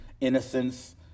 innocence